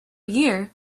year